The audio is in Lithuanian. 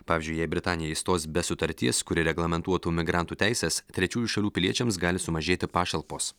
pavyzdžiui jei britanija išstos be sutarties kuri reglamentuotų migrantų teises trečiųjų šalių piliečiams gali sumažėti pašalpos